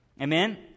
Amen